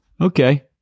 okay